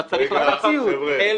אתה צריך לקחת חלק --- איזה ציוד.